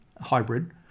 hybrid